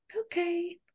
okay